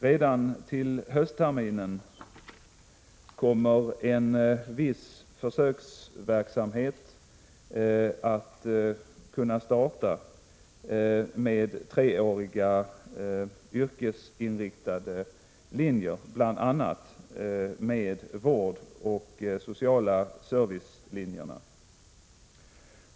Redan till höstterminen kommer en viss försöksverksamhet att kunna starta med treåriga yrkesinriktade linjer, bl.a. med vårdoch sociala servicelinjerna.